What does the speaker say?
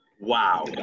wow